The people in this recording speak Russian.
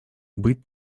быть